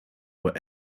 were